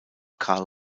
karl